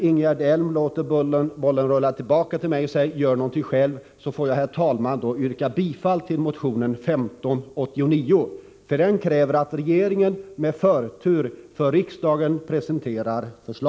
Ingegerd Elm låter bollen rulla tillbaka till mig och säger: Gör någonting själv! Då får jag, herr talman, yrka bifall till motion 1589, där det krävs att regeringen med förtur presenterar förslag för riksdagen i denna fråga.